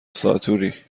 ساتوری